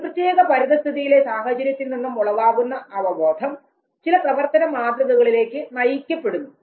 ഒരു പ്രത്യേക പരിസ്ഥിതിയിലെ സാഹചര്യത്തിൽ നിന്നും ഉളവാകുന്ന അവബോധം ചില പ്രവർത്തന മാതൃകകളിലേക്ക് നയിക്കപ്പെടുന്നു